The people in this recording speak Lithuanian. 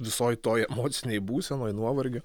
visoj toj emocinėj būsenoj nuovargio